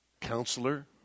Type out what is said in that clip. Counselor